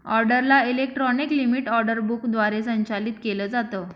ऑर्डरला electronic limit order book द्वारे संचालित केलं जातं